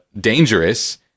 dangerous